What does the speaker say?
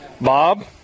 Bob